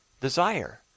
desire